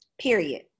period